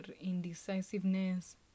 indecisiveness